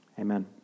Amen